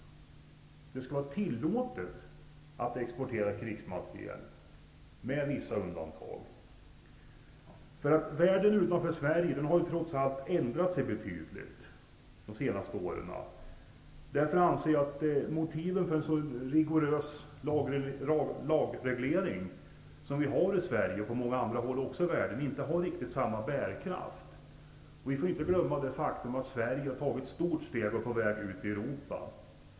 Det skall vara tillåtet att exportera krigsmateriel, med vissa undantag. Världen utanför Sverige har trots allt ändrat sig betydligt de senaste åren. Därför anser jag att motiven för en så rigorös lagreglering som vi har i Sverige och också på många andra håll i världen inte har riktigt samma bärkraft som förr. Vi får inte glömma det faktum att Sverige har tagit ett stort steg på väg ut i Europa.